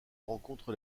rencontre